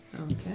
okay